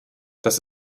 das